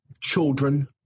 children